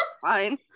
Fine